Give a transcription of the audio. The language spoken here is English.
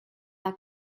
are